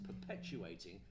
perpetuating